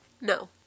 No